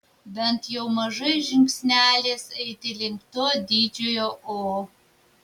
bent jau mažais žingsneliais eiti link to didžiojo o